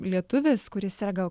lietuvis kuris serga